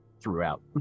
throughout